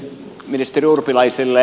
ministeri urpilaiselle